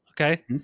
okay